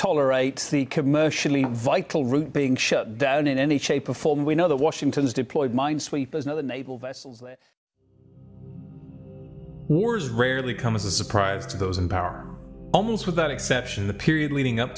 tolerate the commercially vital route being shut down in any shape or form we know that washington's deployed minesweepers know the naval vessels wars rarely come as a surprise to those in power almost without exception the period leading up